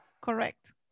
Correct